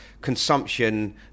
consumption